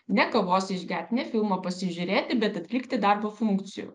ne kavos išgert ne filmą pasižiūrėti bet atlikti darbo funkcijų